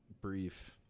brief